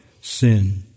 sin